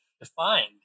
defined